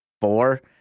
four